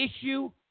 issue